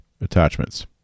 attachments